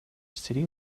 city